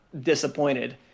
disappointed